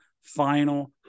final